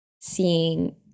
seeing